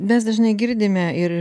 mes dažnai girdime ir